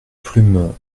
plume